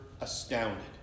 astounded